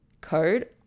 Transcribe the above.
Code